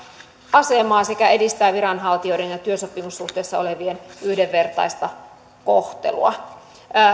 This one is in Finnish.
asemaa sekä edistäisi viranhaltijoiden ja työsopimussuhteessa olevien yhdenvertaista kohtelua